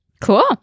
Cool